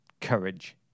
Courage